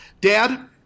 Dad